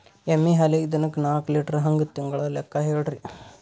ಎಮ್ಮಿ ಹಾಲಿಗಿ ದಿನಕ್ಕ ನಾಕ ಲೀಟರ್ ಹಂಗ ತಿಂಗಳ ಲೆಕ್ಕ ಹೇಳ್ರಿ?